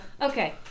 Okay